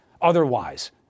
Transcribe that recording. otherwise